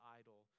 idol